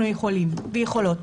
אנחנו יכולים ויכולות.